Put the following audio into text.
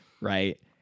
right